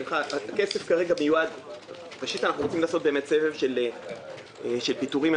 אנחנו רוצים לעשות סבב של פיטורים,